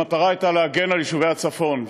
המטרה הייתה להגן על יישובי הצפון,